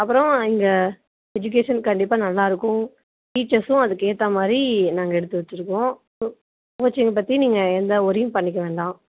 அப்புறோ இங்கே எஜுகேஷன் கண்டிப்பாக நல்லா இருக்கும் டீச்சர்ஸும் அதற்கு ஏற்ற மாதிரி நாங்கள் எடுத்து வச்சுருக்கோம் கோச்சிங் பற்றி நீங்கள் எந்த ஒரியும் பண்ணிக்க வேண்டாம்